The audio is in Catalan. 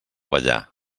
ballar